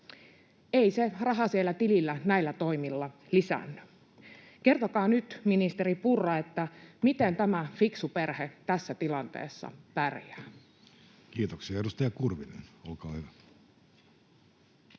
Ei se raha siellä tilillä näillä toimilla lisäänny. Kertokaa nyt, ministeri Purra, miten tämä fiksu perhe tässä tilanteessa pärjää. Kiitoksia. — Edustaja Kurvinen, olkaa hyvä.